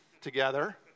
together